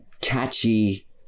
catchy